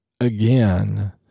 again